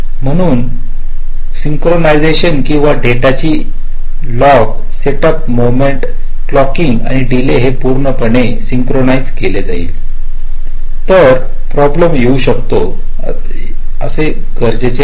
म्हणून येथे सिनचरोनिझशन किंवा डेटा ची लॉक स्टेप मोमेंट क्लोकिंग आणि डीले हे पूर्ण पणे सिनचरोनीज्ड केले तर प्रॉब्लेम येऊ शकता असणे गरजेचे आहे